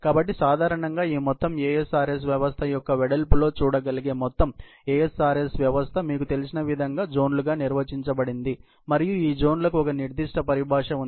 కాబట్టి సాధారణంగా ఈ మొత్తం ASRS వ్యవస్థ యొక్క వెడల్పులో చూడగలిగే మొత్తం ASRS వ్యవస్థ మీకు తెలిసిన వివిధ జోన్ లుగా నిర్వచించబడింది మరియు ఈ జోన్లకు ఒక నిర్దిష్ట పరిభాష ఉంది